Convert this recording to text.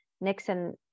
Nixon